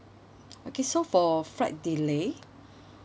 okay so for flight delay